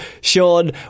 Sean